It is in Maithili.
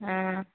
हँ